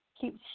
keep